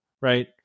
right